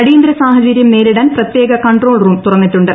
അടിയന്തിര സാഹചര്യം നേരിടാൻ പ്രത്യേക കൺട്രോൾ റും തുറന്നിട്ടുണ്ട്